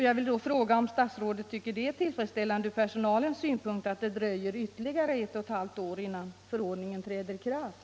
Jag vill då fråga om statsrådet tycker att det är tillfredsställande från personalens synpunkt att det dröjer ytterligare ett och ett halvt år innan förordningen träder i kraft.